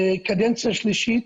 קדנציה שלישית.